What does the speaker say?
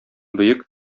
бөек